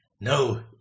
No